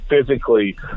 physically